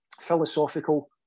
philosophical